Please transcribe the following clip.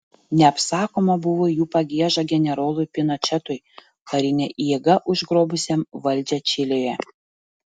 neapsakoma buvo jų pagieža generolui pinočetui karine jėga užgrobusiam valdžią čilėje